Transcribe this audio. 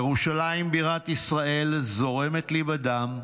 ירושלים בירת ישראל זורמת לי בדם.